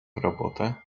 robotę